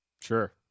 Sure